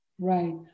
Right